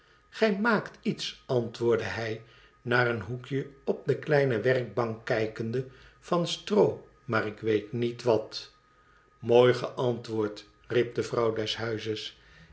gij maakt iets antwoordde hij naar een hoekje op de kleine werkbank kijkende van stroo maar ik weet niet wat mooi geantwoord riep de vrouw des huizes